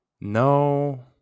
No